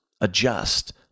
adjust